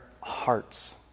hearts